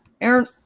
Aaron